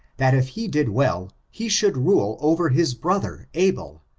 that if he did well, he should rule over his brother abel,